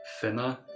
thinner